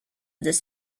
this